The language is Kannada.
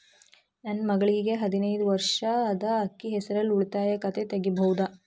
ನನ್ನ ಮಗಳಿಗೆ ಹದಿನೈದು ವರ್ಷ ಅದ ಅಕ್ಕಿ ಹೆಸರಲ್ಲೇ ಉಳಿತಾಯ ಖಾತೆ ತೆಗೆಯಬಹುದಾ?